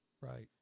Right